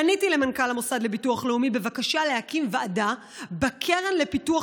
פניתי למנכ"ל המוסד לביטוח לאומי בבקשה להקים ועדה בקרן לפיתוח